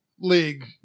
league